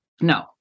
No